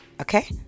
okay